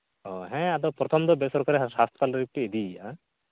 ᱚ ᱦᱮᱸ ᱟᱫᱚ ᱯᱨᱚᱛᱷᱚᱢ ᱫᱚ ᱵᱮᱼᱥᱚᱨᱠᱟᱨᱤ ᱦᱟᱸᱥᱯᱟᱛᱟᱞ ᱨᱮᱜᱮ ᱯᱮ ᱤᱫᱤᱭᱮᱭᱟ